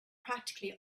practically